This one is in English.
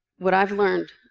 what i've learned